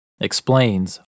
explains